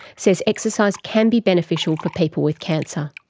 says exercise can be beneficial for people with cancer.